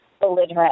belligerent